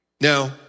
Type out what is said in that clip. Now